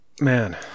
Man